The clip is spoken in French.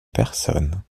personne